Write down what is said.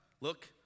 look